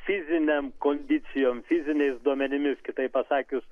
fizinėm kondicijom fiziniais duomenimis kitaip pasakius